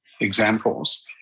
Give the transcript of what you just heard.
examples